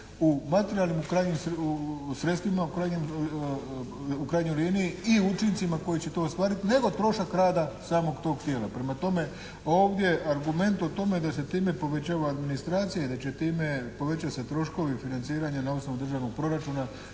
u materijalnim sredstvima u krajnjoj liniji i učincima koji će to ostvariti nego trošak rada samog tog tijela. Prema tome ovdje argument o tome da se time povećava administracija i da će time povećati se troškovi financiranja na osnovu državnog proračuna